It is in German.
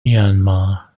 myanmar